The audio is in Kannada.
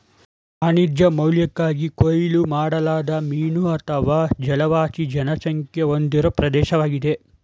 ವಾಣಿಜ್ಯ ಮೌಲ್ಯಕ್ಕಾಗಿ ಕೊಯ್ಲು ಮಾಡಲಾದ ಮೀನು ಅಥವಾ ಜಲವಾಸಿ ಜನಸಂಖ್ಯೆ ಹೊಂದಿರೋ ಪ್ರದೇಶ್ವಾಗಿದೆ